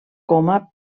coma